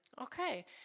Okay